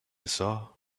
saw